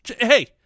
Hey